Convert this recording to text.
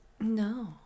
No